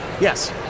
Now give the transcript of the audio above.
Yes